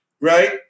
Right